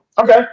okay